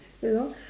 you know